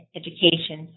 education